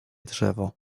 drzewo